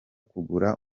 kugura